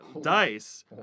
dice